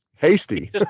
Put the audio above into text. hasty